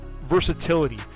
versatility